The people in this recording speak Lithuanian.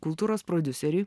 kultūros prodiuseriui